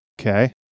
Okay